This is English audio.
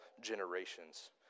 generations